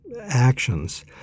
actions